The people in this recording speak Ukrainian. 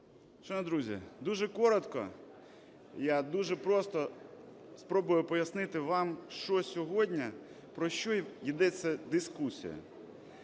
друзі, дуже коротко, я дуже просто спробує пояснити вам, що сьогодні, про що йдеться дискусія.